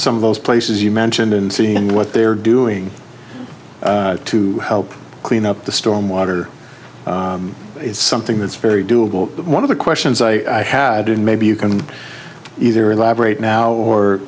some of those places you mentioned and seeing what they're doing to help clean up the storm water is something that's very doable but one of the questions i had and maybe you can either elaborate now or